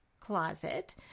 closet